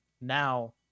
now